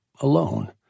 alone